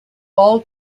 all